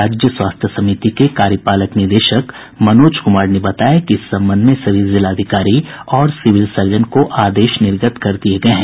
राज्य स्वास्थ्य समिति के कार्यपालक निदेशक मनोज क्मार ने बताया कि इस संबंध में सभी जिलाधिकारी और सिविल सर्जन को आदेश निर्गत कर दिये गये हैं